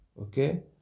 okay